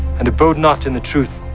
and abode not in the truth,